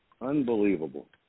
Unbelievable